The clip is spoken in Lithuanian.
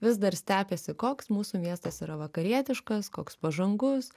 vis dar stebisi koks mūsų miestas yra vakarietiškas koks pažangus